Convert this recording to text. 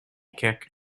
kick